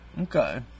okay